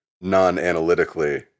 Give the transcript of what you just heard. non-analytically